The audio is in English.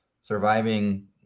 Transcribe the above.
surviving